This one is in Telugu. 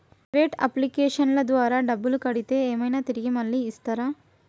ప్రైవేట్ అప్లికేషన్ల ద్వారా డబ్బులు కడితే ఏమైనా తిరిగి మళ్ళీ ఇస్తరా?